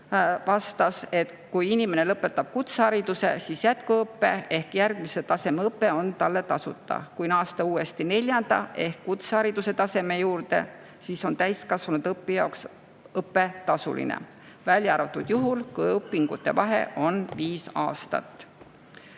vastas, et kui inimene lõpetab kutsehariduse jätkuõppe, siis järgmise taseme õpe on talle tasuta. Kui naasta uuesti neljanda ehk kutsehariduse taseme juurde, siis on täiskasvanud õppija õpe tasuline, välja arvatud juhul, kui õpingute vahe on viis aastat. Heljo